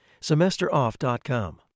semesteroff.com